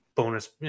bonus